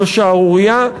זו שערורייה,